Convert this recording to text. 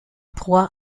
proie